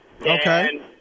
Okay